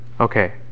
Okay